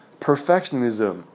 Perfectionism